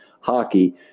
hockey